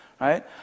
right